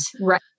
Right